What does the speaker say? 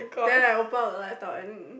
then I open up the laptop and